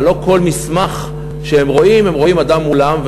אבל לא כל מסמך שהם רואים, הם רואים אדם מולם.